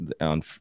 on